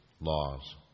laws